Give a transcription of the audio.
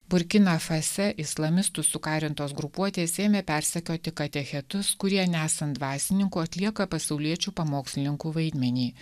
burkina fase islamistų sukarintos grupuotės ėmė persekioti katechetus kurie nesant dvasininkų atlieka pasauliečių pamokslininkų vaidmenį